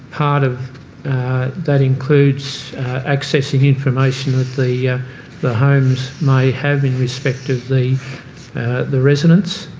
part of that includes accessing information that the the homes may have in respect of the the residents.